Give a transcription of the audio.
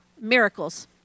miracles